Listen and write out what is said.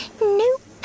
Nope